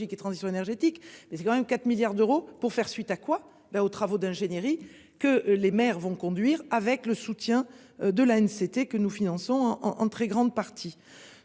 et transition énergétique mais c'est quand même 4 milliards d'euros pour faire suite à quoi ben aux travaux d'ingénierie que les maires vont conduire avec le soutien de la haine, c'était que nous finançons en en en très grande partie